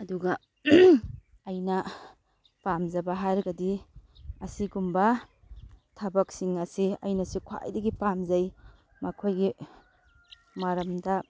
ꯑꯗꯨꯒ ꯑꯩꯅ ꯄꯥꯝꯖꯕ ꯍꯥꯏꯔꯒꯗꯤ ꯑꯁꯤꯒꯨꯝꯕ ꯊꯕꯛꯁꯤꯡ ꯑꯁꯤ ꯑꯩꯅꯁꯨ ꯈ꯭ꯋꯥꯏꯗꯒꯤ ꯄꯥꯝꯖꯩ ꯃꯈꯣꯏꯒꯤ ꯃꯔꯝꯗ